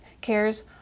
cares